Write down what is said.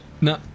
No